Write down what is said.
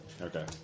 Okay